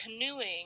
canoeing